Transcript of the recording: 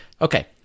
Okay